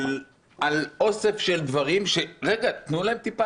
על אוסף של דברים אז תנו להם טיפה